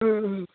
ও ও